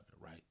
right